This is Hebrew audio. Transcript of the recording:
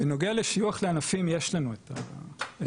בנוגע לשיוך לענפים יש לנו את הנתון,